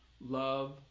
love